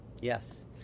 yes